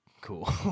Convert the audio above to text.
cool